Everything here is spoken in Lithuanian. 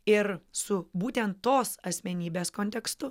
ir su būtent tos asmenybės kontekstu